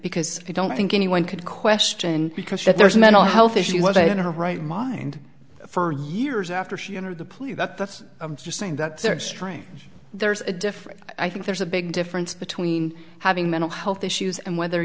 because i don't think anyone could question because there's a mental health issue was in her right mind for years after she entered the plea that that's i'm just saying that there are strange there's a difference i think there's a big difference between having mental health issues and whether